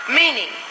meaning